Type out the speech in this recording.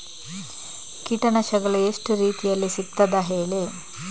ಕೀಟನಾಶಕಗಳು ಎಷ್ಟು ರೀತಿಯಲ್ಲಿ ಸಿಗ್ತದ ಹೇಳಿ